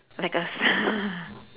like a s~